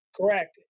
Correct